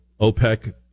OPEC